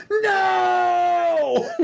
No